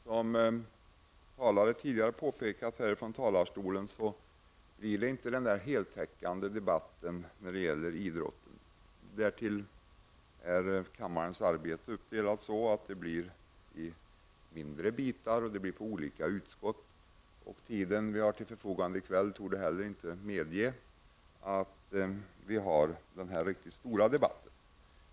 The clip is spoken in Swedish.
Herr talman! Som redan tidigare påpekats får vi inte den där heltäckande debatten om idrotten. Kammarens arbete är så uppdelat, att idrottsfrågor kommer att behandlas i mindre bitar på grundval av betänkanden från olika utskott. Därtill kommer att den tid som vi har till förfogande i kväll inte torde medge att vi för den riktigt stora debatten.